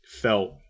felt